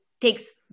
takes